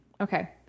okay